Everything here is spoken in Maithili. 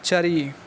चारि